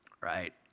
Right